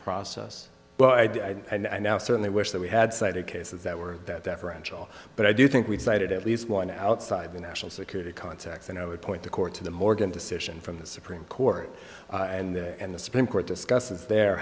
process but i do i now certainly wish that we had cited cases that were that deferential but i do think we've cited at least one outside the national security context and i would point the court to the morgan decision from the supreme court and the and the supreme court discusses there